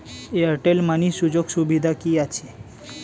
Airtel money সুযোগ সুবিধা কি আছে?